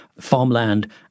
farmland